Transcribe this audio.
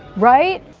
right?